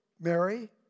Mary